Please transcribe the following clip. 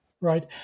right